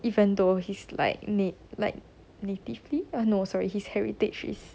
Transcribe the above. even though he's like na~ like natively err no sorry his heritage is